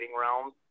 realms